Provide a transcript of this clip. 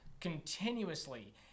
continuously